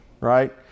right